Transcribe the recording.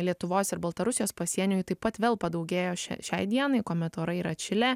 lietuvos ir baltarusijos pasienio taip pat vėl padaugėjo šiai šiai dienai kuomet orai yra atšilę